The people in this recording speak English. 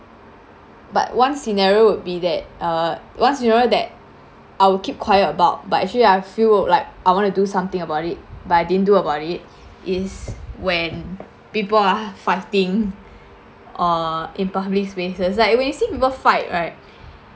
but one scenario would be that uh one scenario that I will keep quiet about but actually I feel like I want to do something about it but I didn't do about it is when people are fighting uh in public spaces like when you see people fight right